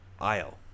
aisle